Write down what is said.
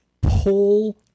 pull